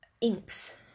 inks